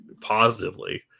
positively